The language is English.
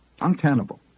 Untenable